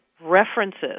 References